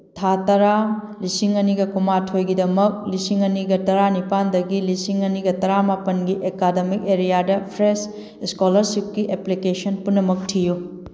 ꯊꯥ ꯇꯔꯥ ꯂꯤꯁꯤꯡ ꯑꯅꯤꯒ ꯀꯨꯟꯃꯥꯊꯣꯏꯒꯤꯗꯃꯛ ꯂꯤꯁꯤꯡ ꯑꯅꯤꯒ ꯇꯔꯥ ꯅꯤꯄꯥꯜꯗꯒꯤ ꯂꯤꯁꯤꯡ ꯑꯅꯤꯒ ꯇꯔꯥ ꯃꯥꯄꯜꯒꯤ ꯑꯦꯀꯥꯗꯃꯤꯛ ꯑꯦꯔꯤꯌꯥꯗ ꯐ꯭ꯔꯦꯁ ꯁ꯭ꯀꯣꯂꯔꯁꯤꯞꯀꯤ ꯑꯦꯄ꯭ꯂꯤꯀꯦꯁꯟ ꯄꯨꯝꯅꯃꯛ ꯊꯤꯌꯨ